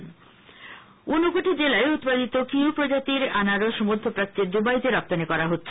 আনার্বস ঊনকোটি জেলায় উৎপাদিত কিউ প্রজাতির আনারস মধ্যপ্রাচ্যের দুবাই তে রপ্তানি করা হচ্ছে